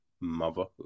motherhood